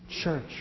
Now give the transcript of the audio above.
church